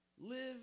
Live